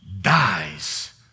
dies